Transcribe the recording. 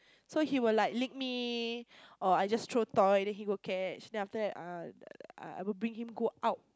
so he will like lick me or I just throw toy then he will catch then after that uh I I will bring him go out